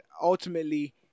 ultimately